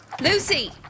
Lucy